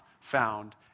found